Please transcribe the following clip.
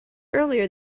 earlier